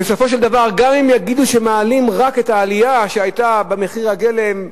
בסופו של דבר גם אם יגידו שמעלים רק לפי העלייה שהיתה במחיר הגלם,